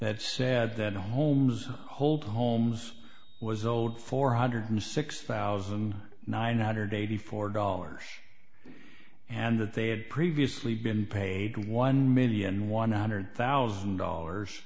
that said that homes hold homes was old four hundred and six thousand nine hundred and eighty four dollars and that they had previously been paid one million one hundred thousand dollars